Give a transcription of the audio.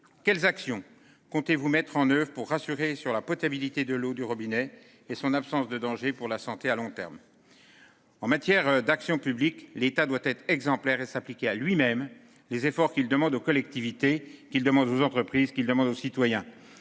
Quelles actions comptez-vous mettre en oeuvre pour rassurer sur la potabilité de l'eau du robinet et son absence de danger pour la santé à long terme. En matière d'action publique, l'État doit être exemplaire et s'appliquer à lui-même les efforts qu'il demande aux collectivités qui demande aux entreprises